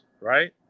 right